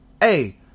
hey